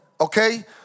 Okay